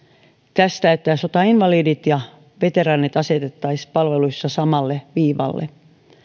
siitä että sotainvalidit ja veteraanit asetettaisiin palveluissa samalle viivalle